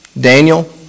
Daniel